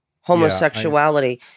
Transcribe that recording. homosexuality